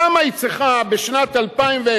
למה היא צריכה, בשנת 2010,